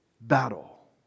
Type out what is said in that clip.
battle